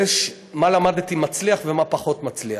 מה למדתי שמצליח ומה פחות מצליח.